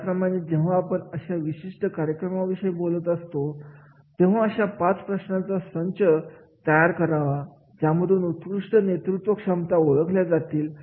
याचप्रमाणे जेव्हा आपण अशा विशिष्ट कार्यक्रमाविषयी बोलत असतो तेव्हा अशा पाच प्रश्नांचा संच तयार करावा ज्यामधून उत्कृष्ट नेतृत्व क्षमता ओळखल्या जातील